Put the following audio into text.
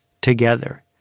together